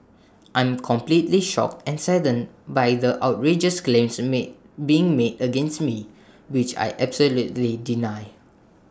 I'm completely shocked and saddened by the outrageous claims made being made against me which I absolutely deny